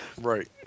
right